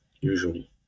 usually